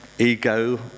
Ego